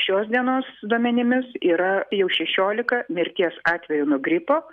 šios dienos duomenimis yra jau šešiolika mirties atvejų nuo gripo